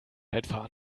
remscheid